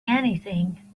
anything